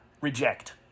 Reject